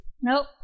Nope